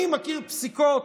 אני מכיר פסיקות,